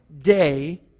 day